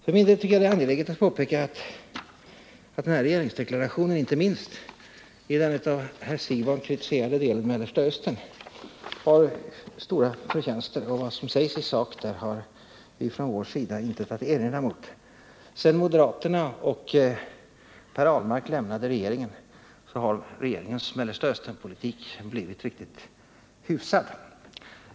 För min del tycker jag att det är angeläget att påpeka att dagens regeringsdeklaration inte minst i den av herr Siegbahn kritiserade delen om Mellanöstern har stora förtjänster. Vi har på vårt håll inte mycket att erinra mot det avsnittet. Sedan Per Ahlmark och moderaterna lämnat regeringen har dess Mellanösternpolitik blivit riktigt hyfsad.